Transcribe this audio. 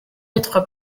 être